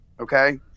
okay